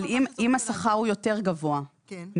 אבל אם השכר הוא יותר גבוה מהמינימום,